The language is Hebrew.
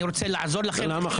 אני רוצה לעזור לכם --- למה,